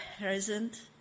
present